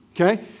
Okay